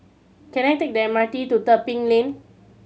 can I take the M R T to Tebing Lane